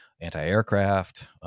anti-aircraft